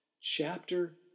chapter